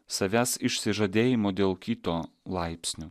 savęs išsižadėjimo dėl kito laipsniu